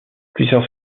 plusieurs